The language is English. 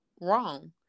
wrong